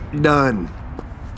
done